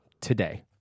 today